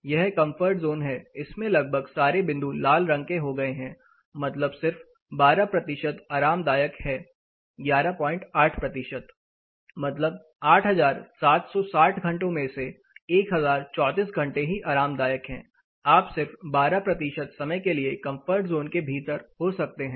यह comfort zone है जिसमें लगभग सारे बिंदु लाल रंग के हो गए हैं मतलब सिर्फ 12 आरामदायक हैं 118 मतलब 8760 घंटों में से 1034 घंटे ही आरामदायक है आप सिर्फ 12 समय के लिए कंफर्ट जोन के भीतर हो सकते हैं